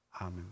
Amen